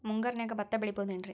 ಮುಂಗಾರಿನ್ಯಾಗ ಭತ್ತ ಬೆಳಿಬೊದೇನ್ರೇ?